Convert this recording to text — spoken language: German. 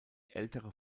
ältere